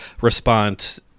response